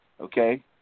okay